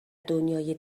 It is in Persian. دنیای